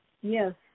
Yes